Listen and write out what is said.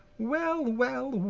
well, well,